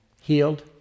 healed